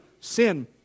sin